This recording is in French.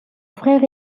frère